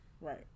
Right